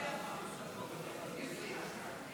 להצביע וטרם עשו זאת?